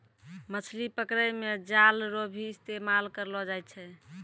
मछली पकड़ै मे जाल रो भी इस्तेमाल करलो जाय छै